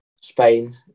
Spain